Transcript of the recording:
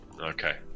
Okay